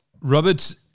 Robert